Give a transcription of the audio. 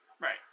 Right